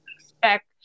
expect